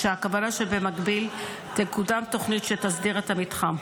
כשהכוונה שבמקביל תקודם תוכנית שתסדיר את המתחם.